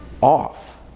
off